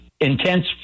intense